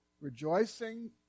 rejoicing